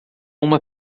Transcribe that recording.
uma